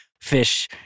fish